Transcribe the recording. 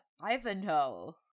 Ivanhoe